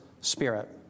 spirit